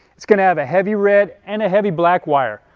it's going to have a heavy red and a heavy black wire.